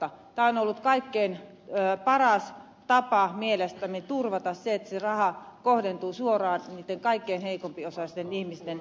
tämä on ollut kaikkein paras tapa mielestämme turvata se että se raha kohdentuu suoraan niitten kaikkein heikompiosaisten ihmisten elämäntilanteeseen